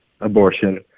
abortion